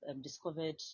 discovered